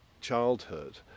childhood